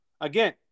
Again